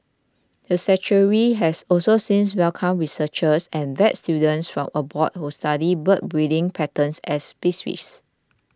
the sanctuary has also since welcomed researchers and vet students from abroad who study bird breeding patterns and species